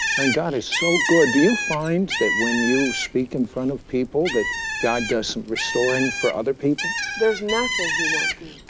and god is so good. do you find that when you speak in front of people that god does restoring for other people? marlene there's nothing he won't